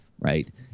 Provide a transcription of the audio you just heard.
Right